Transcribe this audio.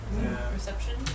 Reception